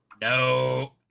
No